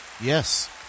Yes